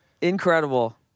Incredible